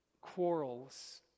quarrels